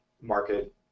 market